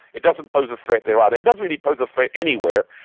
it doesn't pose a threat there either. it doesn't really pose a threat anywhere,